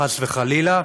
חס וחלילה,